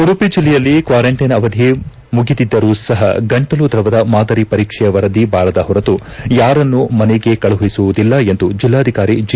ಉದುಪಿ ಜಿಲ್ಲೆಯಲ್ಲಿ ಕ್ವಾರಂಟೈನ್ ಅವಧಿ ಮುಗಿದಿದ್ದರೂ ಸಹ ಗಂಟಲು ದ್ರವದ ಮಾದರಿ ಪರೀಕ್ಷೆಯ ವರದಿ ಬಾರದ ಹೊರತು ಯಾರನ್ನೂ ಮನೆಗೆ ಕಳುಹಿಸುವುದಿಲ್ಲ ಎಂದು ಜಿಲ್ಲಾಧಿಕಾರಿ ಜಿ